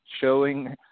showing –